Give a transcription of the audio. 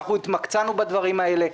התמקצענו בדברים האלה.